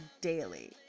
daily